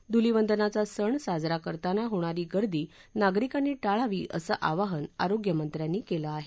धुलिवंदनाचा सण साजरा करताना होणारी गर्दी नागरिकांनी टाळावी असं आवाहन आरोग्यमंत्र्यांनी केलं आहे